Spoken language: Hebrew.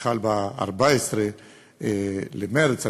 שחל ב-14 במרס.